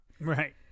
right